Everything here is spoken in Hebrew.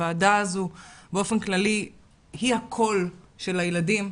הוועדה הזו באופן כללי היא הקול של הילדים.